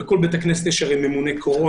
הרי בכל בית כנסת יש ממונה קורונה.